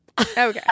Okay